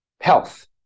health